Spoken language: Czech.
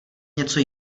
něco